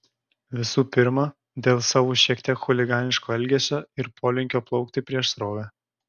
visų pirma dėl savo šiek tiek chuliganiško elgesio ir polinkio plaukti prieš srovę